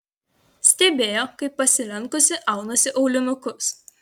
stebėjo kaip pasilenkusi aunasi aulinukus